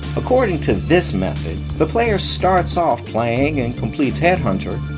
according to this method the player starts off playing and completes headhunter,